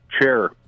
chair